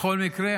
בכל מקרה,